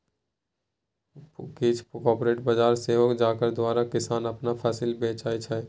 किछ कॉपरेटिव बजार सेहो छै जकरा द्वारा किसान अपन फसिल बेचै छै